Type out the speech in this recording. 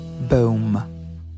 Boom